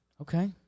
Okay